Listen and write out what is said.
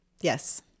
yes